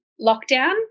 lockdown